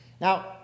Now